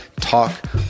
talk